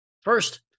First